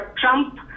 Trump